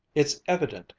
it's evident,